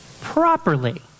Properly